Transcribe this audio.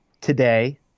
today